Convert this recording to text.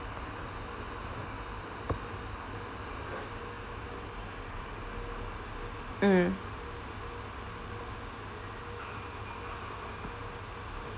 mm